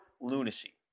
lunacy